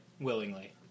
willingly